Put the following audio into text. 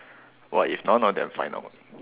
!wah! if none of them find out